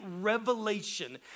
revelation